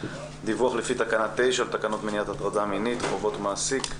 דיווח לפי תקנה 9 לתקנות מניעת הטרדה מינית (חובות מעסיק).